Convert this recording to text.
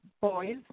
boys